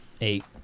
eight